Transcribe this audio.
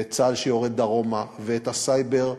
את צה"ל שיורד דרומה ואת הסייבר,